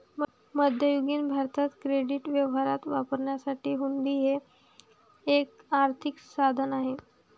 मध्ययुगीन भारतात क्रेडिट व्यवहारात वापरण्यासाठी हुंडी हे एक आर्थिक साधन होते